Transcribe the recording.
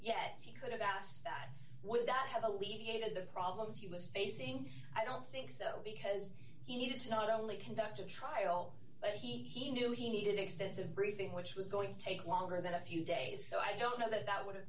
yes he could have asked that would that have alleviated the problems he was facing i don't think so because he needed to not only conduct a trial but he knew he needed extensive briefing which was going to take longer than a few days so i don't know that that would have